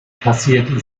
passiert